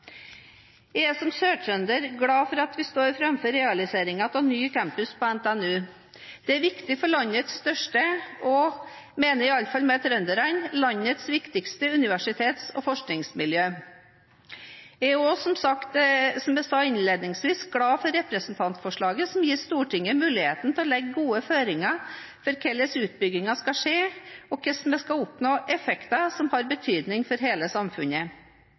Jeg er som sørtrønder glad for at vi står framfor realiseringen av ny campus på NTNU. Det er viktig for landets største og – mener i alle fall vi trøndere – landets viktigste universitets- og forskningsmiljø. Jeg er også, som jeg sa innledningsvis, glad for representantforslaget, som gir Stortinget mulighet til å legge gode føringer for hvordan utbyggingen skal skje, og hvordan vi kan oppnå effekter som har betydning for hele samfunnet.